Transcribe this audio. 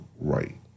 right